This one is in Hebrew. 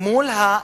מול הממשלה.